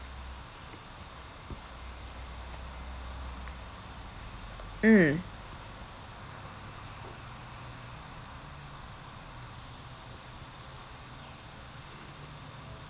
mm